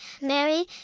Mary